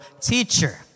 teacher